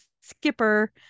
Skipper